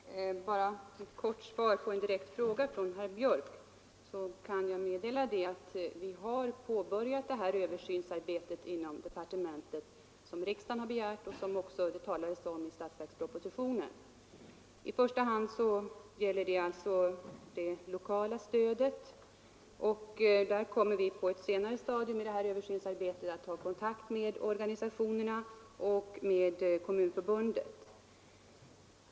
Herr talman! Bara ett kort svar på en direkt fråga av herr Björk i Gävle. Vi har inom departementet påbörjat det översynsarbete som riksdagen har begärt och som det talas om i statsverkspropositionen. I första hand gäller översynen det lokala stödet. Vi kommer på ett senare stadium av detta översynsarbete att ta kontakt med organisationerna och med Kommunförbundet.